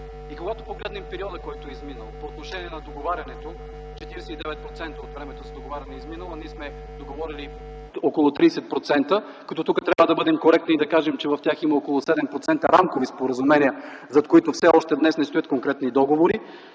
Когато погледнем периода, който е изминал по отношение на договарянето – 49% от времето за договаряне е изминало, а ние сме договорили около 30%, като тук трябва да бъдем коректни и да кажем, че в тях има около 7% рамкови споразумения, зад които все още днес не стоят конкретни договори.